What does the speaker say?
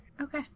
okay